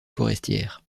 forestières